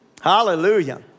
Hallelujah